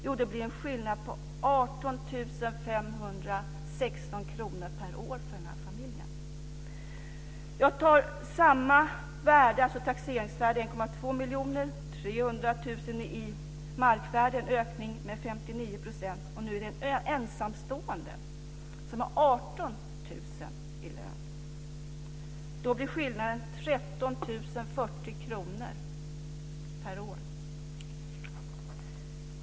Jo, det blir en skillnad på 18 516 kr per år för den här familjen. Jag tar samma taxeringsvärde, 1,2 miljoner, 300 000 kr i markvärde och ökningen på 59 %. Nu gäller det en ensamstående som har 18 000 kr i månadslön. Då blir skillnaden 13 040 kr per år.